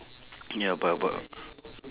ya but but